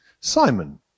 Simon